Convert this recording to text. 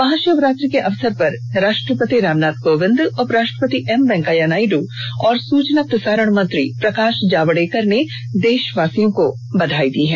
महाषिवरात्रि पर राष्ट्रपति रामनाथ कोविंद उपराष्ट्रपति एम वेंकैया नायडू सूचना और प्रसारण मंत्री प्रकाश जावड़ेकर ने देशवासियों को बधाई दी है